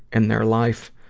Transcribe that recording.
in their life.